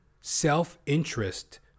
self-interest